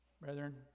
Brethren